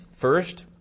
First